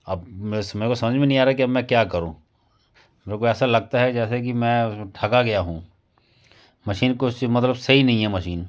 अब मेरे से मेरे को समझ में नहीं आ रहा है कि अब मैं क्या करूँ मेरे को ऐसा लगता है जैसे कि मैं ठगा गया हूँ मशीन कुछ सी मतलब सही नहीं है मशीन